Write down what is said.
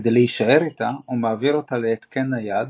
כדי להישאר איתה הוא מעביר אותה להתקן נייד